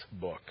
book